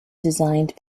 designed